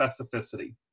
specificity